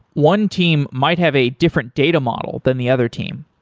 one team might have a different data model than the other team.